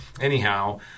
Anyhow